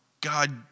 God